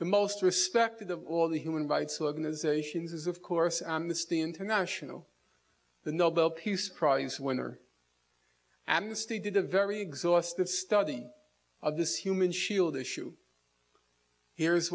the most respected of all the human rights organizations is of course amnesty international the nobel peace prize winner amnesty did a very exhaustive study of this human shield issue here's